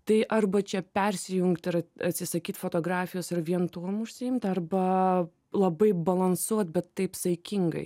tai arba čia persijungt ir atsisakyt fotografijos ar vien tuom užsiimt arba labai balansuot bet taip saikingai